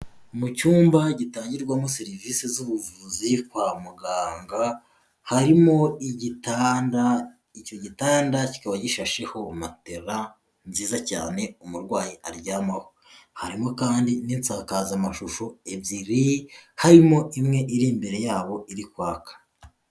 Mu cyumba gitangirwamo serivisi z'ubuvuzi kwa muganga, harimo igitanda, icyo gitanda kikaba gishasheho matera nziza cyane umurwayi aryama, harimo kandi n'insakazamashusho ebyiri, harimo imwe iri imbere yabo iri kwaka.